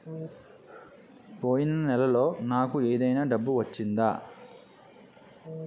పోయిన నెలలో నాకు ఏదైనా డబ్బు వచ్చిందా?